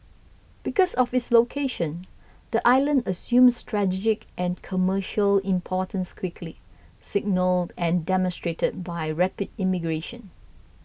because of its location the island assumed strategic and commercial importance quickly signalled and demonstrated by rapid immigration